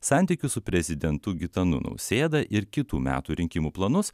santykius su prezidentu gitanu nausėda ir kitų metų rinkimų planus